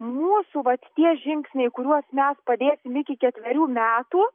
mūsų vat tie žingsniai kuriuos mes padėsim iki ketverių metų